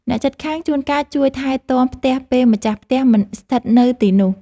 អ្នកជិតខាងជួនកាលជួយថែទាំផ្ទះពេលម្ចាស់ផ្ទះមិនស្ថិតនៅទីនោះ។